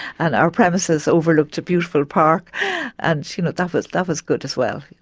and our premises overlooked a beautiful park and you know that was that was good as well.